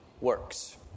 works